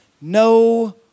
no